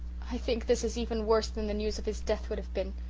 i think this is even worse than the news of his death would have been,